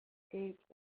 escapes